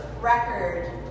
record